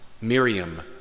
Miriam